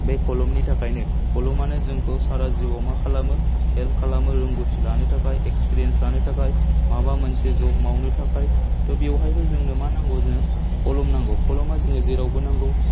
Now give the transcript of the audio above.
बे खलमनि थाखायनो खलमानो जोंखौ सारा जिउआव मा खालामो हेल्प खालामो रोंगौथि लानो थाखाय एक्सपिरियेन्स लानो थाखाय माबा मोनसे जब मावनो थाखाय थ बेवहायबो जोंनो मा नांगौ जोंनो खलम नांगौ खलमा जोंनो जेरावबो नांगौ